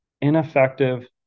Ineffective